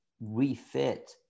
refit